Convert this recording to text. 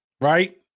Right